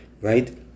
right